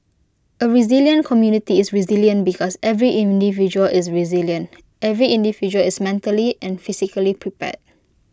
A resilient community is resilient because every individual is resilient every individual is mentally and physically prepared